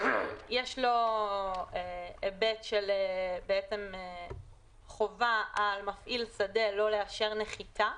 יש לו היבט של חובה על מפעיל שדה לא לאשר נחיתה